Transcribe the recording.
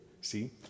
see